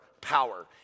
power